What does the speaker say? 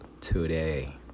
today